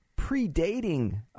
predating